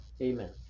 amen